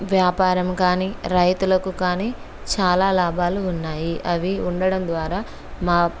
వ్యాపారం కానీ రైతులకు కానీ చాలా లాభాలు ఉన్నాయి అవి ఉండడం ద్వారా మా